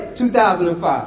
2005